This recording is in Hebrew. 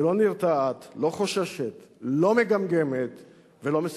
שלא נרתעת, לא חוששת, לא מגמגמת ולא מסכסכת.